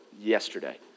yesterday